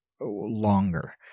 longer